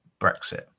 Brexit